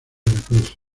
veracruz